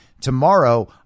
tomorrow